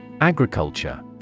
Agriculture